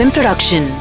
Production